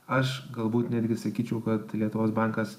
aš galbūt netgi sakyčiau kad lietuvos bankas